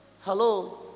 Hello